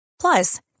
Plus